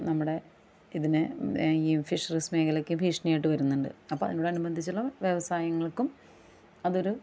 നമ്മുടെ ഇതിനെ ഈ ഫിഷറീസ് മേഖലയ്ക്ക് ഭീഷണിയായിട്ട് വരുന്നുണ്ട് അപ്പോൾ അതിനോട് അനുബന്ധിച്ചുള്ള വ വ്യവസായങ്ങള്ക്കും അതൊരു